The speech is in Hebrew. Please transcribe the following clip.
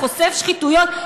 לחושף שחיתויות,